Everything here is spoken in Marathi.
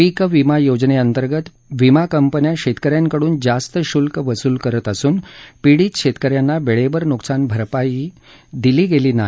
पिकविमायोजने अंतर्गत विमाकंपन्या शेतकऱ्यांकडून जास्त शुल्क वसूल करत असून पिडीत कऱ्यांना वेळेवर नुकसानभरपाईही दिली गेली नाही